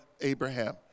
Abraham